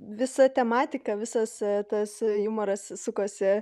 visa tematika visas tas jumoras sukosi